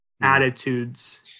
attitudes